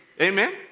Amen